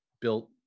built